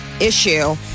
issue